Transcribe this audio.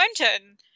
Mountain